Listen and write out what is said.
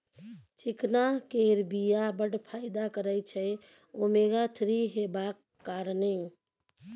चिकना केर बीया बड़ फाइदा करय छै ओमेगा थ्री हेबाक कारणेँ